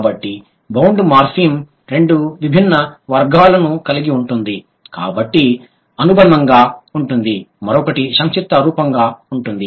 మరియు bound morpheme రెండు విభిన్న వర్గాలను కలిగి ఉంటుంది ఒకటి అనుబంధంగా ఉంటుంది మరొకటి సంక్షిప్త రూపముగా ఉంటుంది